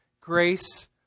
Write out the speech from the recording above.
grace